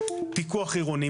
פיקוח עירוני,